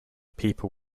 people